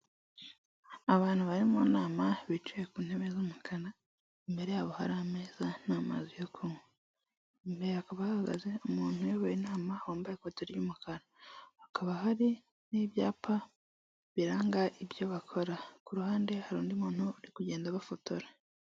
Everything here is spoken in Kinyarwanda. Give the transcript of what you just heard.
Abantu bari mu nama bicaye ku ntebe z'umukara; imbere yabo hari ameza n'amazi yo kunywa; imbere hakaba hahagaze umuntu uyoboye inama wambaye ikoti ry'umukara; hakaba hari n'ibyapa biranga ibyo bakora, ku ruhande hari undi muntu uri kugenda abafotora.